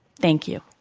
thank you.